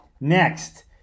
next